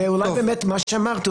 ואולי באמת מה שאמרת,